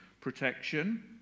Protection